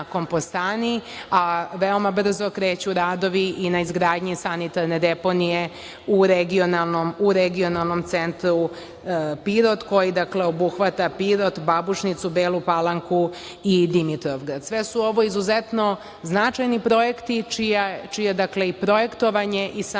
a veoma brzo kreću radovi i na izgradnji sanitarne deponije u regionalnom centru Pirot, koji obuhvata Pirot, Babušnicu, Belu Palanku i Dimitrovgrad. Sve su ovo izuzetno značajni projekti čije projektovanje i sama